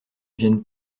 viennent